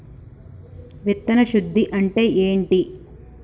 విత్తన శుద్ధి అంటే ఏంటి?